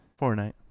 Fortnite